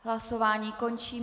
Hlasování končím.